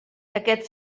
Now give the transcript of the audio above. aquest